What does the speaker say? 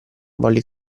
volli